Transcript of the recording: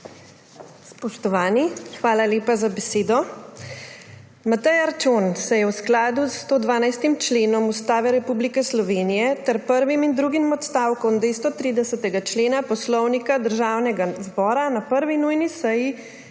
Spoštovani! Hvala lepa za besedo. Matej Arčon se je v skladu s 112. členom Ustave Republike Slovenije ter prvim in drugim odstavkom 230. člena Poslovnika Državnega zbora na 1. nujni seji